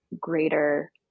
greater